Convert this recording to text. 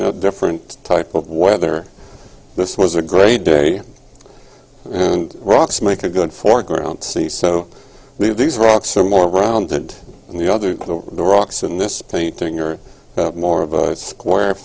no different type of weather this was a great day and rocks make a good foreground see so these rocks are more rounded and the other the rocks in this painting are more of a square